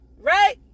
right